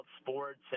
sports